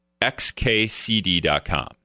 xkcd.com